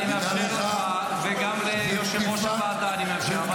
אני מאפשר לך, וגם ליושב-ראש הוועדה אני מאפשר.